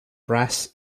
brass